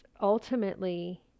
ultimately